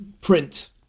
print